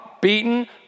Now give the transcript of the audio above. beaten